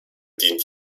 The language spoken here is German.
dient